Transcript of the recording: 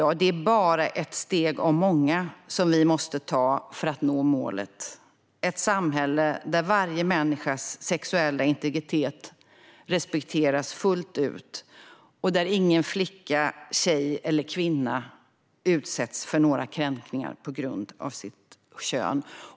Men det är bara ett steg av många som vi måste ta för att nå målet: ett samhälle där varje människas sexuella integritet respekteras fullt ut och där ingen flicka, tjej eller kvinna utsätts för några kränkningar på grund av sitt kön.